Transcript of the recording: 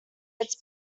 it’s